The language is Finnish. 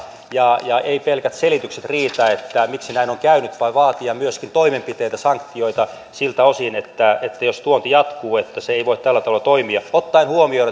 ja ja pelkät selitykset eivät riitä että miksi näin on käynyt vaan pitää vaatia myöskin toimenpiteitä sanktioita siltä osin että että jos tuonti jatkuu niin se ei voi tällä tavalla toimia ottaen huomioon